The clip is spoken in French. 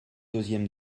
deuxième